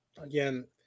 again